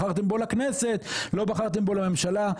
בחרתם בו לכנסת לא בחרתם בו לממשלה,